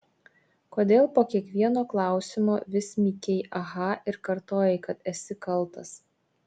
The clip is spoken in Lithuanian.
kodėl po kiekvieno klausimo vis mykei aha ir kartojai kad esi kaltas